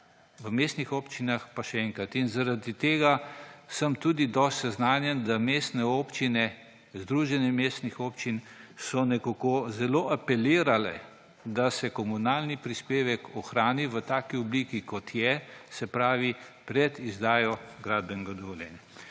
V mestnih občinah, pa še enkrat, in zaradi tega sem tudi dosti seznanjen, da mestne občine, Združenje mestnih občin, so nekako zelo apelirale, da se komunalni prispevek ohrani v taki obliki, kot je, se pravi pred izdajo gradbenega dovoljenja.